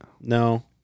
no